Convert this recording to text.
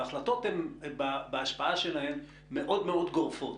וההחלטות בהשפעה שלהן הן מאוד מאוד גורפות.